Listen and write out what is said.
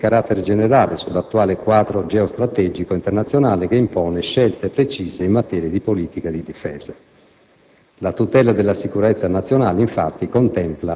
Nel merito, sono necessarie alcune considerazioni di carattere generale sull'attuale quadro internazionale e geostrategico, che impone scelte precise in materia di politica di difesa.